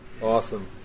awesome